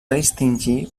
distingir